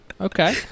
Okay